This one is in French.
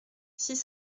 six